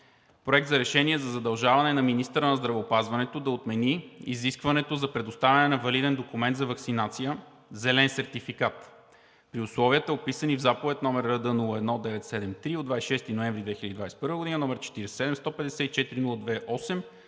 Проект на решение за задължаване на министъра на здравеопразването да отмени изискването за предоставяне на валиден документ за ваксинация – зелен сертификат, при условията, описани в Заповед № РД 01-973 от 26 ноември 2021 г. и № 47-154-028